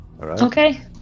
Okay